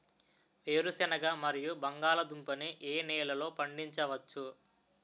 వేరుసెనగ మరియు బంగాళదుంప ని ఏ నెలలో పండించ వచ్చు?